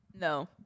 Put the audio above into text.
No